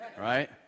right